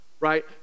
Right